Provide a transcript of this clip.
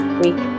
week